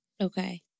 Okay